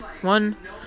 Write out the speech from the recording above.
one